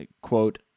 Quote